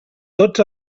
tots